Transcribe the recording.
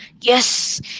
yes